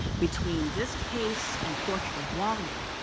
between this case and portrait of wally,